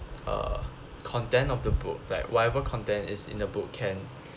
uh content of the book like whatever content is in the book can